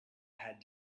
had